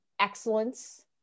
excellence